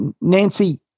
Nancy